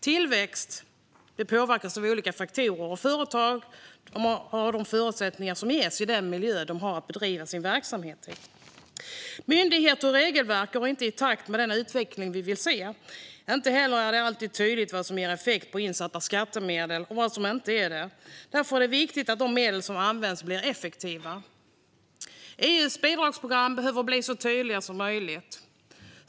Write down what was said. Tillväxt påverkas av olika faktorer, och företag har tillgång till de förutsättningar som ges i den miljö där de bedriver sin verksamhet. Myndigheter och regelverk går inte i takt med den utveckling vi vill se. Inte heller är det alltid tydligt vad som ger effekt på insatta skattemedel och vad som inte ger en effekt. Därför är det viktigt att medlen används på ett effektivt sätt. EU:s bidragsprogram behöver bli så tydliga som möjligt.